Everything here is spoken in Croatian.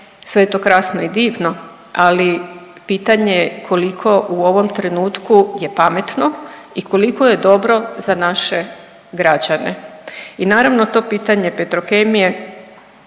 sve je to krasno i divno. Ali pitanje je koliko u ovom trenutku je pametno i koliko je dobro za naše građane. I naravno to pitanje Petrokemije